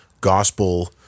gospel